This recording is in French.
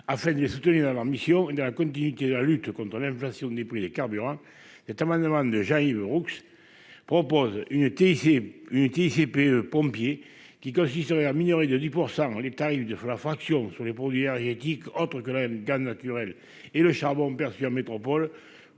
Afin de les soutenir dans leurs missions, et dans la continuité de la lutte contre l'inflation des prix des carburants, cet amendement de Jean-Yves Roux prévoit une « TICPE pompiers », qui consisterait à minorer de 10 % les tarifs de la fraction sur les produits énergétiques autres que le gaz naturel et le charbon perçue en métropole,